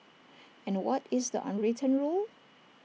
and what is the unwritten rule